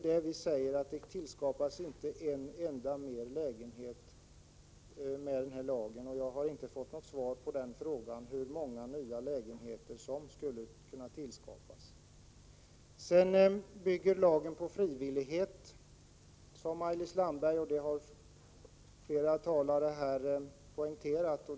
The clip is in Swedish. Det tillskapas ju inte en enda lägenhet med denna lag. Jag har inte fått svar på min fråga om hur många nya lägenheter som skulle kunna tillskapas. Lagen bygger på frivillighet, sade Maj-Lis Landberg, och det har flera 19 andra talare här poängterat.